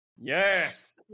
Yes